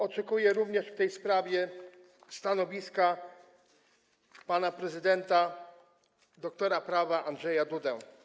Oczekuję również w tej sprawie stanowiska pana prezydenta dr. prawa Andrzeja Dudy.